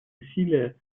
усилия